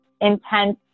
intense